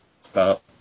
Stop